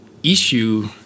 issue